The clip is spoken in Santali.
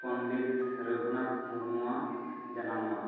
ᱯᱚᱱᱰᱤᱛ ᱨᱚᱜᱷᱩᱱᱟᱛᱷ ᱢᱩᱨᱢᱩᱣᱟᱜ ᱡᱟᱱᱟᱢ ᱢᱟᱦᱟ